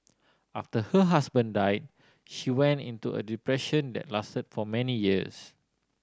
after her husband died she went into a depression that lasted for many years